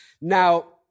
Now